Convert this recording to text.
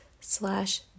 slash